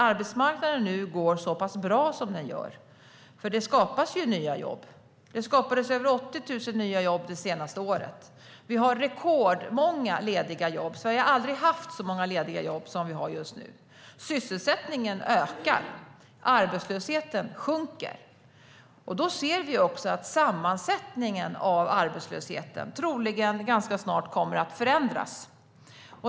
Arbetsmarknaden går nu bra, för det skapas ju nya jobb. Det skapades över 80 000 nya jobb det senaste året. Vi har rekordmånga lediga jobb. Vi har aldrig haft så många lediga jobb som vi har just nu. Sysselsättningen ökar och arbetslösheten sjunker. Då ser vi också att sammansättningen av arbetslösa troligen ganska snart kommer att förändras.